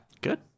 good